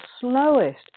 slowest